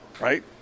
Right